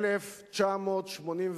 "1984"